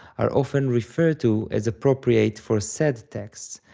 are often referred to as appropriate for sad texts,